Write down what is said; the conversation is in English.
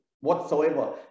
whatsoever